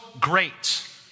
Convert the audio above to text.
great